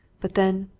but then,